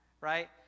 right